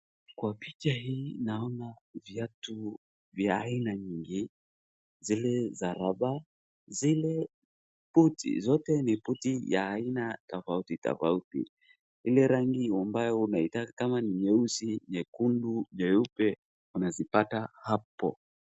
Kwa picha hii naona viatu vya aina nyingi, zile za raba, zile puti, zote ni puti ya aina tofauti tofauti, ile rangi ambayo wewe unaitaka kama ni nyeusi, nyekundu nyeupe, unazipata hapo.